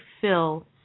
fill